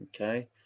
Okay